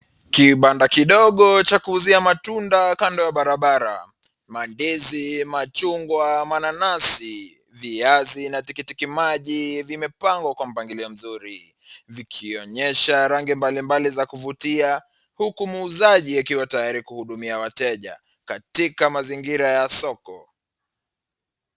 Kipanda kidogo cha kuuza matunda kando ya barabara, mandizi majungwa mananazi viazi na tikiti maji vimepangwa kwa mpangilio mzuri vikionyesha rangi mbali mbali za kufutia huku muuzaji akiwa tayari kumhudumia wateja katika mazingira ya soko.